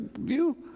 view